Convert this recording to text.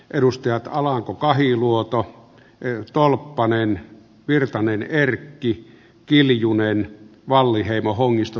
edustajat alanko kahiluoto tolppanen erkki virtanen kiljunen wallinheimo hongisto sarkomaa